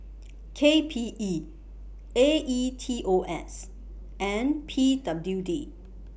K P E A E T O S and P W D